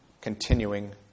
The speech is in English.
continuing